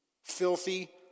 Filthy